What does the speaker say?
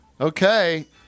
Okay